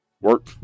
work